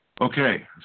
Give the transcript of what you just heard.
Okay